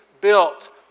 built